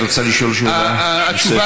את רוצה לשאול שאלה נוספת?